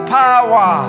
power